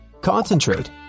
Concentrate